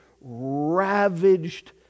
ravaged